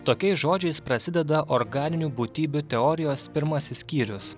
tokiais žodžiais prasideda organinių būtybių teorijos pirmasis skyrius